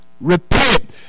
repent